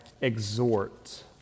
exhort